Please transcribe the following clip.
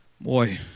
Boy